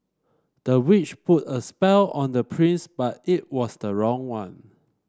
the witch put a spell on the prince but it was the wrong one